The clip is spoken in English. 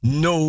no